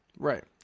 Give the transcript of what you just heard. Right